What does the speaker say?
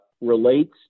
relates